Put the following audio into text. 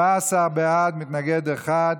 14 בעד, מתנגד אחד.